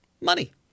Money